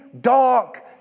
dark